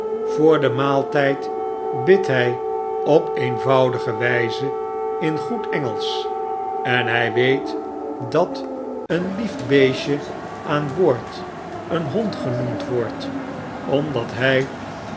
voor den maaltgd bidt hg op eenvoudige wgze in goed engelsch en hg weet dat een lief beestje aan boord een hond genoemd wordt omdat hg